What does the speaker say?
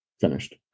finished